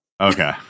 Okay